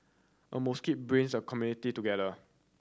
a mosque brings a community together